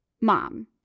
mom